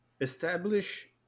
establish